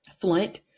flint